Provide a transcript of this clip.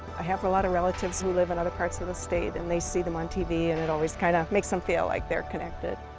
i have a lot of relatives who live in other parts of the state and they see them on tv and it always kinda makes them feel like they are connected.